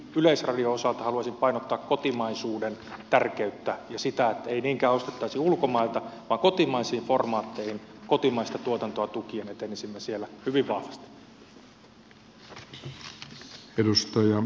yleisradion osalta haluaisin painottaa kotimaisuuden tärkeyttä ja sitä että ei niinkään ostettaisi ulkomailta vaan kotimaisia formaatteja kotimaista tuotantoa tukien etenisimme siellä hyvin vahvasti